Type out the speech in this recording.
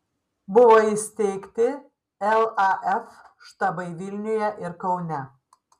buvo įsteigti laf štabai vilniuje ir kaune